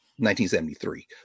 1973